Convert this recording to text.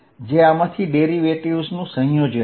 જે આમાંથી ડેરિવેટિવ્ઝનું સંયોજન છે